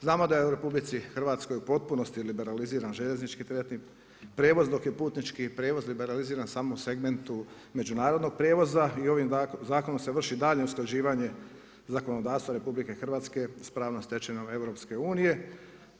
Znamo da je u RH u potpunosti liberaliziran željeznički teretni prijevoz dok je putnički prijevoz liberaliziran u samom segmentu međunarodnog prijevoza i ovim zakonom se vrši daljnje usklađivanje zakonodavstva RH sa pravnom stečevinom EU-a.